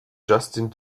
justin